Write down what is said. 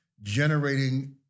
generating